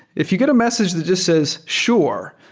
if you get a message that just says sure,